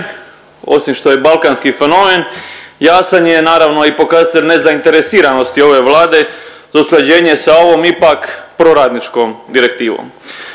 osim što je balkanski fenomen, jasan je naravno i pokazatelj nezainteresiranosti ove Vlade za usklađenje sa ovom ipak proradničkom direktivom.